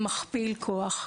שיתופי פעולה הן מכפיל כוח.